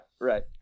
right